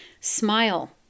smile